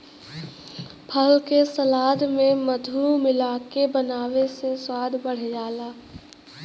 फल के सलाद में मधु मिलाके बनावे से स्वाद बढ़ जाला